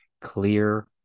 clear